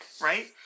Right